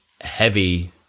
heavy